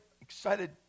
excited